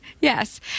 yes